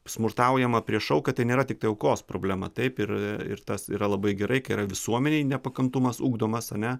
smurtaujama prieš auką tai nėra tiktai aukos problema taip ir ir tas yra labai gerai kai yra visuomenėj nepakantumas ugdomas ane